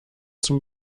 zum